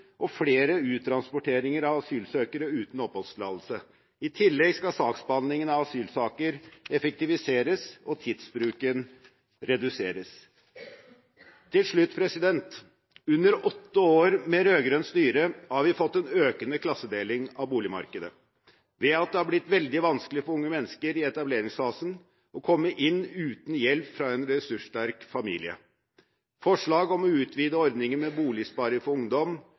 og flere uttransporteringer av asylsøkere uten oppholdstillatelse. I tillegg skal saksbehandlingen av asylsaker effektiviseres og tidsbruken reduseres. Til slutt: Under åtte år med rød-grønt styre har vi fått en økende klassedeling av boligmarkedet ved at det har blitt veldig vanskelig for unge mennesker i etableringsfasen å komme inn på det uten hjelp fra en ressurssterk familie. Forslag om å utvide ordningen med boligsparing for ungdom